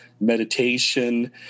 meditation